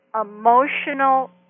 emotional